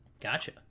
gotcha